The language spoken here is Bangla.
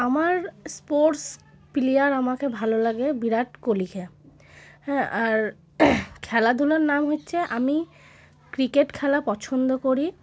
আমার স্পোর্টস প্লেয়ার আমাকে ভালো লাগে বিরাট কোহলিকে হ্যাঁ আর খেলাধুলার নাম হচ্ছে আমি ক্রিকেট খেলা পছন্দ করি